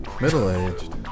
Middle-aged